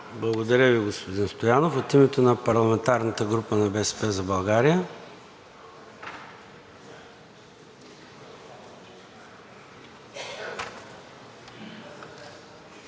Благодаря Ви, господин Шопов. От името на парламентарната група на „БСП за България“?